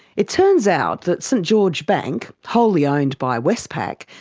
it turns out that st george bank, wholly owned by westpac,